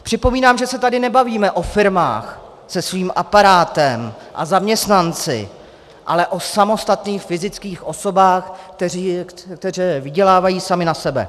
Připomínám, že se tady nebavíme o firmách se svým aparátem a zaměstnanci, ale o samostatných fyzických osobách, které vydělávají samy na sebe.